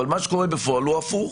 אבל מה שקורה בפועל הוא הפוך.